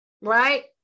right